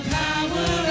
power